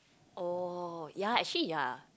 oh ya actually ya